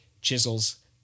Chisels